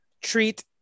treat